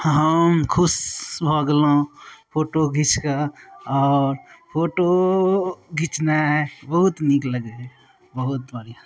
हम खुश भऽ गेलहुँ फोटो घीचिकऽ आओर फोटो घिचनाइ बहुत नीक लगैए बहुत बढ़िआँ